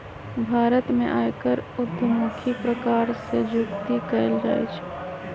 भारत में आयकर उद्धमुखी प्रकार से जुकती कयल जाइ छइ